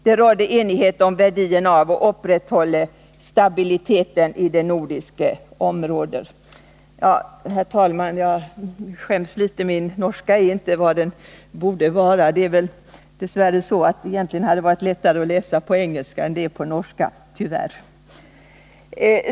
Det rådde enighet om verdien av å opprettholde stabiliteten i de nordiske områder.” Herr talman! Jag skäms litet, eftersom min norska inte är vad den borde vara. Det är väl dess värre så att det egentligen hade varit lättare att läsa på engelska än på norska.